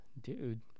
Dude